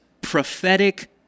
prophetic